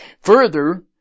Further